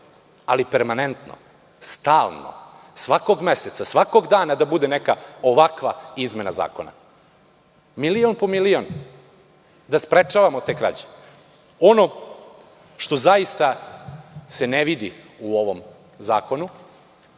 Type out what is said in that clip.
ali permanentno, stalno, svakog meseca, svakog dana da bude neka ovakva izmena zakona. Milion po milion. Da sprečavamo te krađe. Ono što zaista se ne vidi u ovom zakonu,